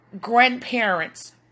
grandparents